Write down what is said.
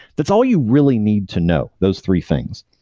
that's all you really need to know, those three things,